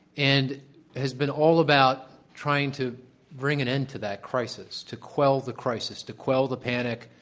and has been all about trying to bring an end to that crisis, to quell the crisis, to quell the panic,